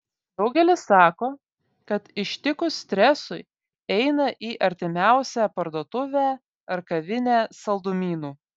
daugelis sako kad ištikus stresui eina į artimiausią parduotuvę ar kavinę saldumynų